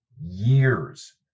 years